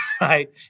right